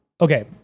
Okay